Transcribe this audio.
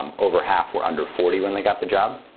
um over half were under forty when they got the job,